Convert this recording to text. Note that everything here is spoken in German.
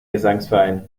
gesangsverein